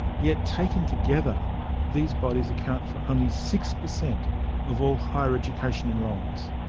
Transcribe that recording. yet taken together these bodies account for only six per cent of all higher education enrolments.